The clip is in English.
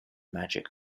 magic